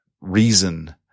reason